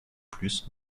plus